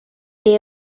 day